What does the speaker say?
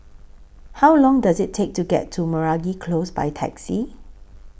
How Long Does IT Take to get to Meragi Close By Taxi